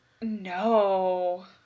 No